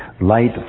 light